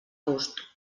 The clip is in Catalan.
gust